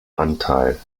anteil